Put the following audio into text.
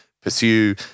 pursue